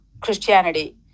Christianity